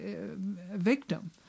victim